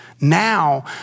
now